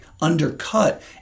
undercut